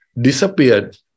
disappeared